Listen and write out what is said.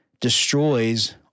destroys